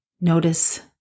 Notice